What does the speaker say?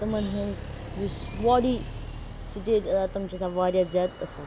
تِمَن ہٕنٛز یُس باڈی سِٹیج تِم چھ آسان واریاہ زیادٕ اَصٕل